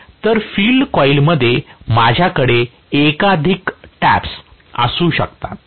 तर फील्ड कॉइलमध्ये माझ्याकडे एकाधिक टॅप्स असू शकतात